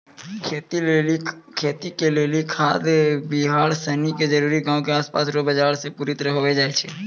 खेती के लेली खाद बिड़ार सनी के जरूरी गांव के आसपास रो बाजार से पूरी होइ जाय छै